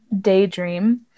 Daydream